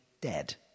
dead